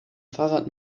fahrrad